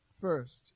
first